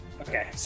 Okay